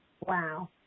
Wow